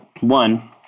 one